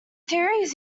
theories